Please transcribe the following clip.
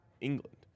England